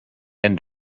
end